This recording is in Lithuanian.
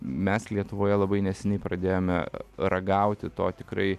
mes lietuvoje labai neseniai pradėjome ragauti to tikrai